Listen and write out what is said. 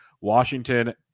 Washington